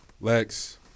Lex